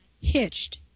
Hitched